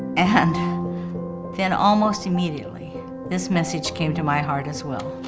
and then almost immediately this message came to my heart as well,